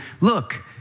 look